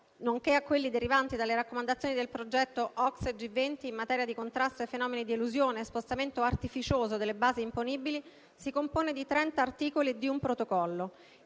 nonché a quelli derivanti dalle raccomandazioni del progetto OCSE/G20 in materia di contrasto ai fenomeni di elusione e spostamento artificioso delle basi imponibili, si compone di trenta articoli e di un Protocollo.